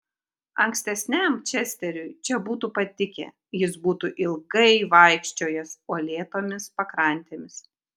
ankstesniam česteriui čia būtų patikę jis būtų ilgai vaikščiojęs uolėtomis pakrantėmis